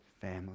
family